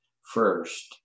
first